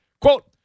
Quote